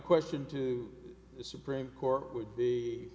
question to the supreme court would be